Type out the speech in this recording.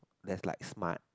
there's like smart